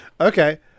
okay